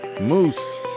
Moose